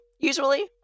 Usually